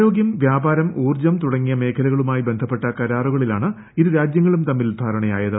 ആരോഗ്യം വ്യാപാരം ഊർജ്ജം തുടങ്ങിയ മേഖലകളുമായി ബന്ധപ്പെട്ട കരാറുകളിലാണ് ഇരു രാജ്യങ്ങളും തമ്മിൽ ധാരണയായത്